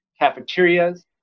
Cafeterias